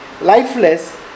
lifeless